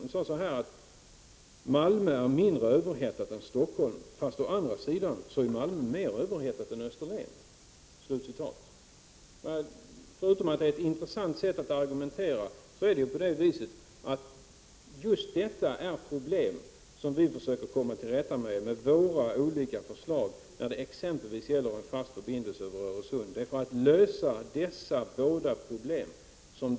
Hon hävdade att Malmö är mindre överhettat än Stockholm, fast å andra sidan är Malmö mer överhettat än Österlen. Förutom att detta är ett intressant sätt att argumentera, utgör detta ett problem som vi försöker komma till rätta — Prot.